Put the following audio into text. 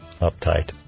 uptight